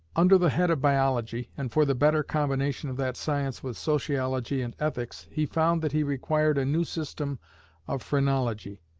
under the head of biology, and for the better combination of that science with sociology and ethics, he found that he required a new system of phrenology,